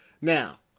now